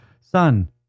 Son